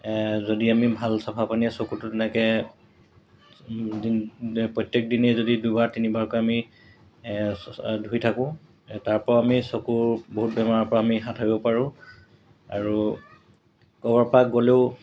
যদি আমি ভাল চাফা পানীয়ে চকুটো তেনেকৈ প্ৰত্যেক দিনেই যদি দুবাৰ তিনিবাৰকৈ আমি ধুই থাকোঁ তাৰপৰাও আমি চকুৰ বহুত বেমাৰৰপৰা আমি হাতিব পাৰোঁ আৰু ক'ৰবাৰপৰা গ'লেও